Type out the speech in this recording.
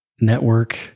network